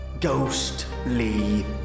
ghostly